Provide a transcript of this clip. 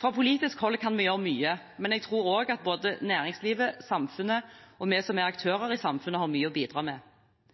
Fra politisk hold kan vi gjøre mye, men jeg tror også at både næringslivet, samfunnet og vi som er